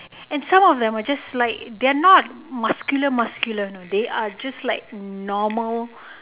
and some of them are just like they are not muscular muscular know they are just like normal